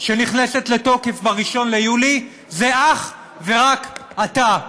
שנכנסת לתוקף ב-1 ביולי זה אך ורק אתה.